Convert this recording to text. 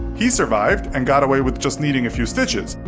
he survived and got away with just needing a few stitches.